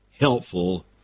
helpful